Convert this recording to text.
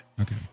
okay